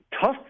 Tough